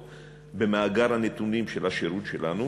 במאגר הנתונים של השירות שלנו,